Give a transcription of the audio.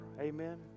Amen